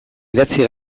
idatzi